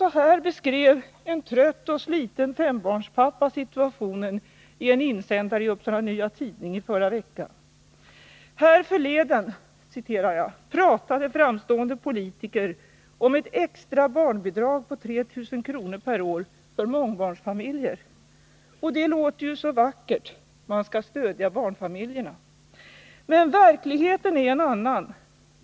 Så här beskrev en trött och sliten fembarnspappa situationen i en insändare i Upsala Nya Tidning i förra veckan: ”Härförleden ”pratade” framstående politiker om ett extra barnbidrag på 3 000 kr. per år för mångbarnsfamiljer. Och det låter ju så vackert: man ska stödja banfamiljerna. Men verkligheten är en annan.